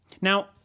Now